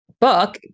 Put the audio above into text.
book